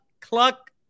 cluck